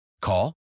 Call